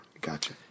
gotcha